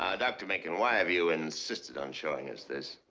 ah dr. menken, why have you insisted on showing us this?